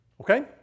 Okay